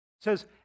says